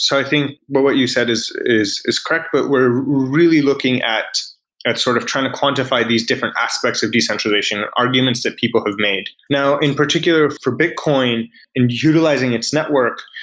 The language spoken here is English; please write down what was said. so i think, but what you said is is correct, but we're really looking at at sort of trying to quantify these different aspects of decentralization, arguments that people have made now in particular for bitcoin and utilizing its network,